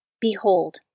Behold